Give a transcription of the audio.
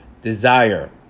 desire